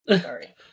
Sorry